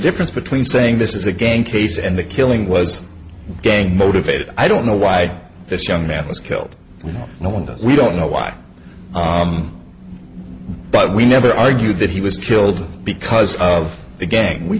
difference between saying this is a gang case and the killing was gang motivated i don't know why this young man was killed and no one does we don't know why but we never argued that he was killed because of the gang we